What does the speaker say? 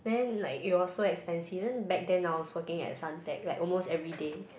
then like it was so expensive then back then I was working at Suntec like almost everyday